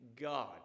God